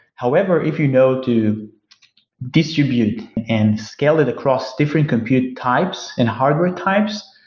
however, if you know to distribute and scale it across different compute types and hardware types,